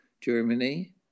Germany